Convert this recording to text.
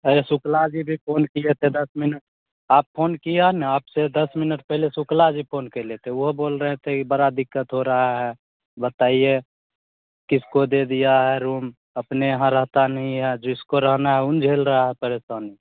अरे शुक्ला जी भी फ़ोन किए थे दस मिनट आप फ़ोन किया ना आपसे दस मिनट पहले शुक्ला जी फ़ोन केले थे वह बोल रहे थे ई बड़ी दिक्कत हो रही है बताइए किसको दे दिया है रूम अपने यहाँ रहता नहीं है जिसको रहना है उन झेल रहा है परेशानी